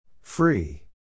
Free